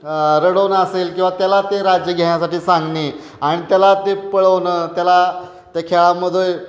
रडवणं असेल किंवा त्याला ते राज्य घेण्यासाठी सांगणे आणि त्याला ते पळवणं त्याला त्या खेळामध्ये